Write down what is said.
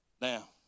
Now